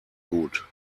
gut